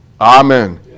Amen